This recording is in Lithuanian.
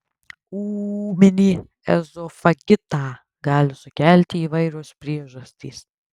ūminį ezofagitą gali sukelti įvairios priežastys